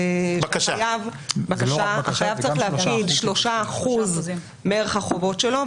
הוא שהחייב צריך להפקיד 3% מערך החובות שלו,